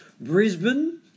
Brisbane